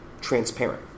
transparent